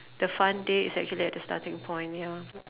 the fun day it's actually at the starting point ya